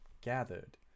gathered